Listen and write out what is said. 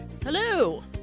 Hello